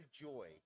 joy